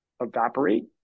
evaporate